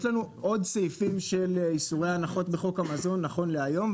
יש לנו עוד סעיפים של איסורי הנחות בחוק המזון נכון להיום,